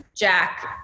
Jack